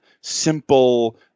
simple